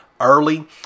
early